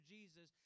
Jesus